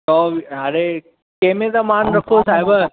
सौ अरे कंहिंमें त मानु रखो साहिबु